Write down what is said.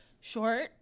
Short